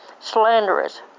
slanderous